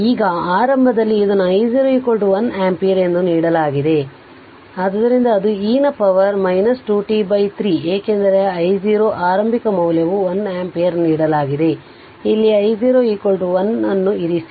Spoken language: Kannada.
ಈಗ ಆರಂಭದಲ್ಲಿ ಇದನ್ನು I0 1 ಆಂಪಿಯರ್ ಎಂದು ನೀಡಲಾಗಿದೆ ಆದ್ದರಿಂದ ಅದು e ನ ಪವರ್ 2 t 3 ಏಕೆಂದರೆ I0 ಆರಂಭಿಕ ಮೌಲ್ಯವು 1 ಆಂಪಿಯರ್ ನೀಡಲಾಗಿದೆ ಆದ್ದರಿಂದ ಇಲ್ಲಿ I0 1 ಅನ್ನು ಇರಿಸಿ